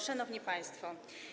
Szanowni Państwo!